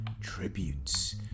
tributes